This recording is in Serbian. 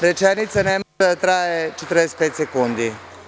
Rečenica ne mora da traje 45 sekundi.